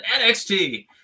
nxt